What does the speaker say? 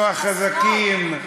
אנחנו החזקים,